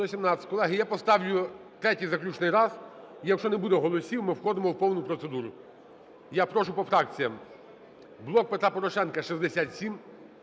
Колеги, я поставлю третій заключний раз. Якщо не буде голосів, ми входимо в повну процедуру. Я прошу по фракціям. "Блок Петра Порошенка" –